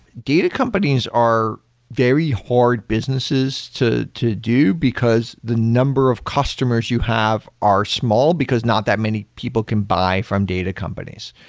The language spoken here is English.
data companies are very hard businesses to to do, because the number of customers you have are small, because not that many people can buy from data companies.